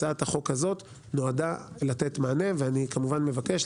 הצעת החוק הזאת נועדה לתת מענה ואני מבקש,